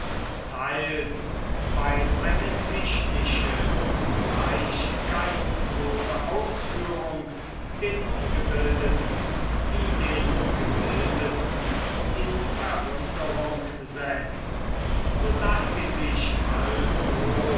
teils weil eine technische obgleich geistlose ausführung den ungebildeten wie den gebildeten in verwunderung setzt so daß sie sich also